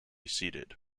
seated